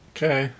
Okay